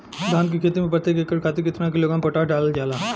धान क खेती में प्रत्येक एकड़ खातिर कितना किलोग्राम पोटाश डालल जाला?